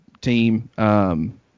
team –